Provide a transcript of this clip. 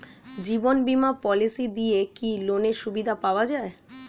জীবন বীমা পলিসি দিয়ে কি লোনের সুবিধা পাওয়া যায়?